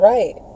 Right